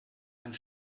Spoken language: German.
einen